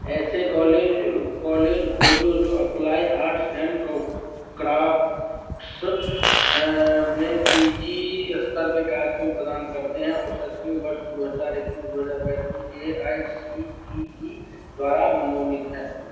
ऐसे college college खोजो जो अप्लाइड आर्ट्स एंड को क्राफ़्ट्स में पी जी स्तर के कार्यक्रम प्रदान करते हैं और शैक्षणिक वर्ष दो हज़ार इक्कीस दो हज़ार बाईस में A I C T E द्वारा मनोनीत हैं